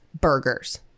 burgers